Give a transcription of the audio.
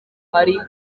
ari